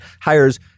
hires